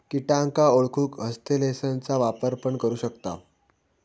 किटांका ओळखूक हस्तलेंसचा वापर पण करू शकताव